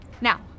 Now